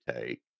take